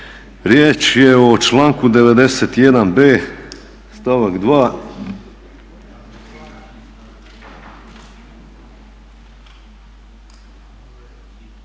Riječ je o članku 91.b stavak 2.